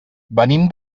venim